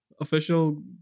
official